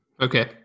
Okay